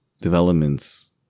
developments